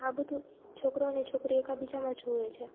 આ બધું છોકરો અને છોકરી એકબીજામાં જુએ છે